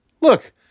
look